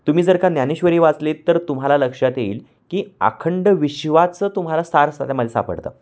तुम्ही जर का ज्ञानेश्वरी वाचलीत तर तुम्हाला लक्षात येईल की अखंड विश्वाचं तुम्हाला सार सापडतं